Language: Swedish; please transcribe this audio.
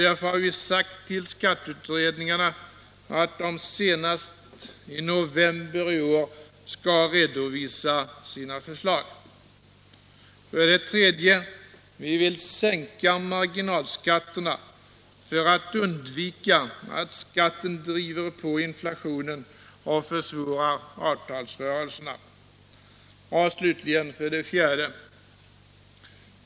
Därför har vi sagt till skatteutredningarna att de senast i november i år skall redovisa sina förslag. 3. Vi vill sänka marginalskatterna för att undvika att skatten driver på inflationen och försvårar avtalsrörelserna. 4.